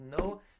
no